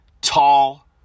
Tall